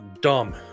dumb